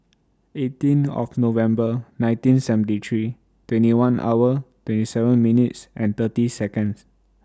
eighteen of November nineteen seventy three twenty one hour twenty seven minutes and thirty Seconds